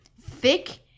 thick